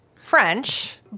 French